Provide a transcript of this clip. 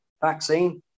vaccine